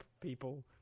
people